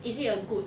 is it a good